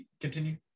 continue